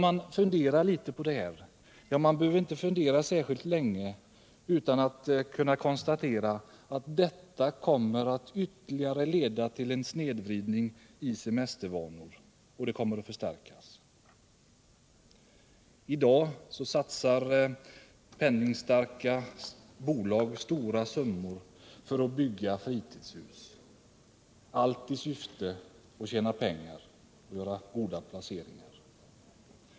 Man behöver inte fundera över detta särskilt länge för att inse att det kommer att leda till en förstärkt snedvridning av semestervanorna. I dag satsar penningstarka bolag stora summor på att bygga fritidshus, allt i syfte att tjäna pengar och göra goda placeringar.